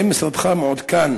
1. האם משרדך מעודכן